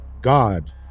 God